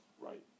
Right